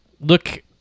look